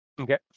Okay